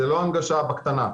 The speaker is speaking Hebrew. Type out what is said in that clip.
זו לא הנגשה בקטנה,